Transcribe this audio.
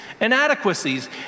inadequacies